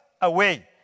away